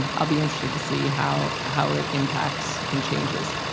and i'll be interested to see how how it impacts and changes.